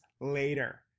later